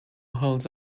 holds